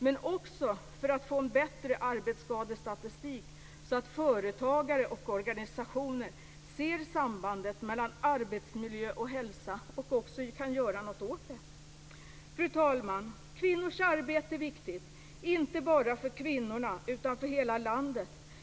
Men det behövs också en bättre arbetsskadestatistik så att företagare och organisationer ser sambanden mellan arbetsmiljö och hälsa och kan göra någonting åt dem. Fru talman! Kvinnors arbete är viktigt, inte bara för kvinnorna utan för hela landet.